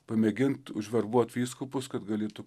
pamėgint užverbuot vyskupus kad galėtų